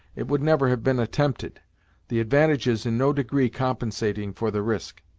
it would never have been attempted the advantages in no degree compensating for the risk.